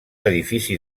edifici